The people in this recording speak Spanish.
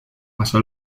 pasó